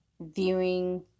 viewing